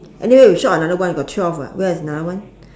anyway we short another one got twelve [what] where's another one